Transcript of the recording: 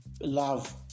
love